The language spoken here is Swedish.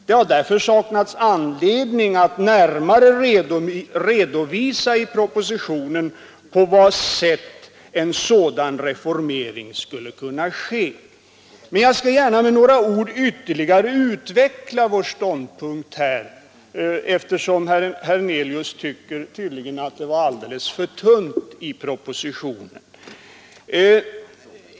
Det har därför saknats anledning att i propositionen närmare redovisa på vad sätt en sådan reformering skulle kunna ske. Men jag skall gärna med några ord ytterligare utveckla vår ståndpunkt härvidlag. Jag gör det eftersom herr Hernelius tydligen tycker att motiveringen i propositionen var alldeles för dålig.